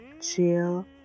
chill